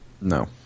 No